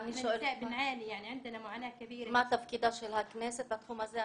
שואלת מה תפקידה של הכנסת בתחום הזה.